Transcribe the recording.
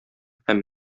һәм